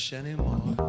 anymore